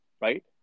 Right